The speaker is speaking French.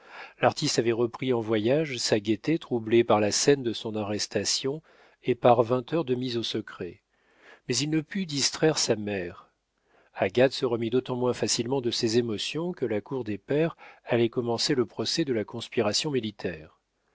l'artiste avait repris en voyage sa gaieté troublée par la scène de son arrestation et par vingt heures de mise au secret mais il ne put distraire sa mère agathe se remit d'autant moins facilement de ses émotions que la cour des pairs allait commencer le procès de la conspiration militaire